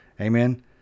Amen